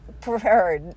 preferred